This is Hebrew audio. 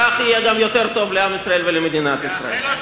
כך יהיה גם יותר טוב לעם ישראל ולמדינת ישראל.